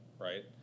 right